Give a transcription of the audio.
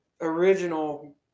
original